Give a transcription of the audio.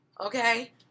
Okay